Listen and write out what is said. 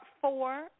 four